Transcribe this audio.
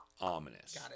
Ominous